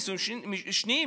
נישואים שניים,